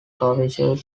curvature